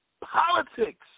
Politics